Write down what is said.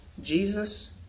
Jesus